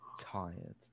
tired